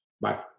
bye